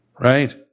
right